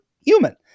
human